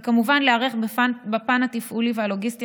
וכמובן להיערך בפן התפעולי והלוגיסטי